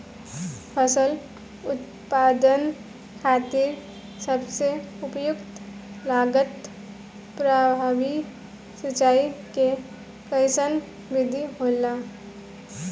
फसल उत्पादन खातिर सबसे उपयुक्त लागत प्रभावी सिंचाई के कइसन विधि होला?